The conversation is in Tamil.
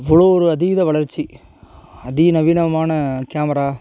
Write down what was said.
அவ்வளோ ஒரு அதீத வளர்ச்சி அதி நவீனமான கேமரா